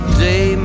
day